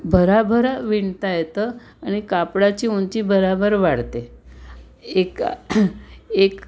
भराभरा विणता येतं आणि कापडाची उंची भराभर वाढते एका एक